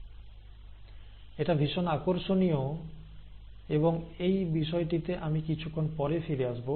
এটা ভীষণ আকর্ষণীয় এবং এই বিষয়টিতে আমি কিছুক্ষণ পরে ফিরে আসবো